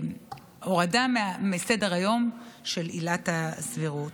הורדה מסדר-היום של עילת הסבירות.